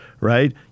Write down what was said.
right